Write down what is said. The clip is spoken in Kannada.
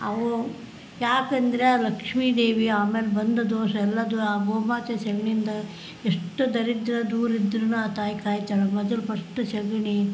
ಅವು ಯಾಕೆಂದ್ರೆ ಆ ಲಕ್ಷ್ಮಿದೇವಿ ಆಮೇಲೆ ಬಂದು ದೋಷ ಎಲ್ಲ ದೂರ ಆ ಗೋಮಾತೆ ಸಗ್ಣಿಯಿಂದ ಎಷ್ಟು ದರಿದ್ರ ದೂರಿದ್ರೂ ಆ ತಾಯಿ ಕಾಯ್ತಾಳೆ ಮೊದಲ್ ಫಸ್ಟು ಸಗಣಿ